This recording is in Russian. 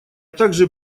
также